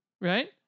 Right